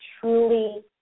truly